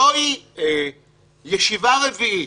זוהי ישיבה רביעית,